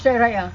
shrek ride ah